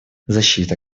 защита